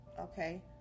okay